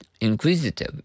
Inquisitive